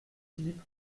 philippe